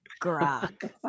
Grok